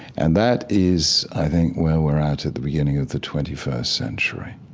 and that is, i think, where we're at at the beginning of the twenty first century.